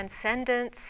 transcendence